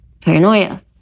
paranoia